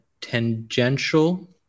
tangential